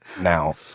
Now